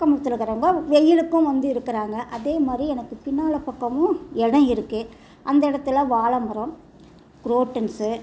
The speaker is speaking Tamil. அக்கம் பக்கத்தில் இருக்கிறவங்க வெயிலுக்கும் வந்து இருக்குறாங்க அதே மாதிரி எனக்கு பின்னால் பக்கமும் இடம் இருக்கு அந்த இடத்துல வாழ மரம் குரோட்டன்ஸு